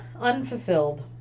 unfulfilled